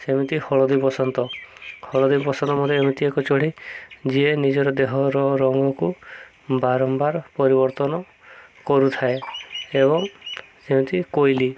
ସେମିତି ହଳଦୀ ବସନ୍ତ ହଳଦୀ ବସନ୍ତ ମଧ୍ୟ ଏମିତି ଏକ ଚଢ଼େଇ ଯିଏ ନିଜର ଦେହର ରଙ୍ଗକୁ ବାରମ୍ବାର ପରିବର୍ତ୍ତନ କରୁଥାଏ ଏବଂ ସେମିତି କୋଇଲି